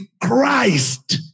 Christ